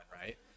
right